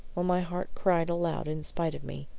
while my heart cried aloud in spite of me,